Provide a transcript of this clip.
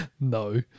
No